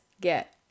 get